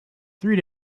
three